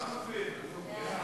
סעיפים 1 2 התקבלו.